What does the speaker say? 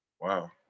Wow